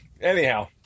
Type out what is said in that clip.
anyhow